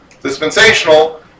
dispensational